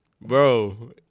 Bro